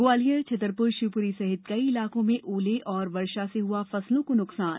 ग्वालियर छतरपुर शिवपुरी सहित कई इलाकों में ओले और बारिश से हुआ फसलों को नुकसान